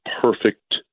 perfect